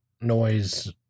noise